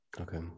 Okay